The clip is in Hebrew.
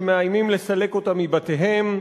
שמאיימים לסלק אותם מבתיהם,